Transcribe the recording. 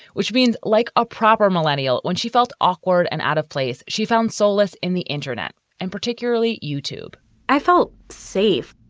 which means like a proper millennial. when she felt awkward and out of place, she found solace in the internet and particularly youtube i felt safe.